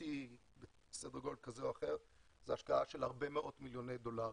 יבשתי בסדר גודל כזה או אחר היא השקעה של הרבה מאוד מיליוני דולרים,